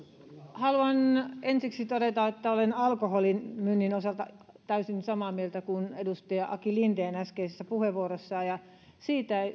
haluan ensiksi todeta että olen alkoholin myynnin osalta täysin samaa mieltä kuin edustaja aki linden äskeisessä puheenvuorossaan siitä ei